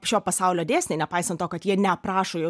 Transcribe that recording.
šio pasaulio dėsniai nepaisant to kad jie neaprašo jo